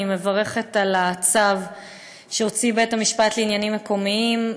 אני מברכת על הצו שהוציא בית-המשפט לעניינים מקומיים,